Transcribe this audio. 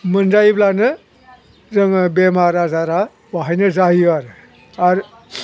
मोनजायोब्लानो जोङो बेमार आजारा बेवहायनो जायो आरो आरो